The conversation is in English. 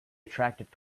attractive